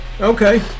Okay